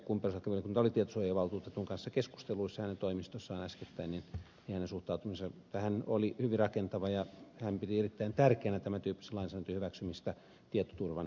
kun perutuslakivaliokunta oli tietosuojavaltuutetun kanssa keskusteluissa hänen toimistossaan äskettäin niin hänen suhtautumisensa tähän oli hyvin rakentavaa ja hän piti erittäin tärkeänä tämän tyyppisen lainsäädännön hyväksymistä tietoturvan kannalta